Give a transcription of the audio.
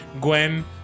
Gwen